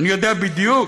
אני יודע בדיוק.